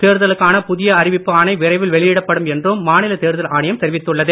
தேர்தலுக்கான புதிய அறிவிப்பு ஆணை விரைவில் வெளியிடப்படும் என்றும் மாநில தேர்தல் ஆணையம் தெரிவித்துள்ளது